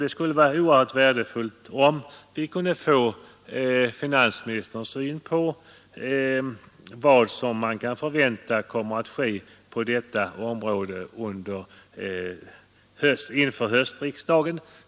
Det skulle vara oerhört värdefullt om vi kunde få herr finansministerns syn på de tre frågor som jag tog upp i interpellationsdebatten. Vad kommer att ske på detta område inför höstriksdagen?